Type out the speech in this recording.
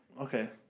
okay